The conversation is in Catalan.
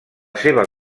seva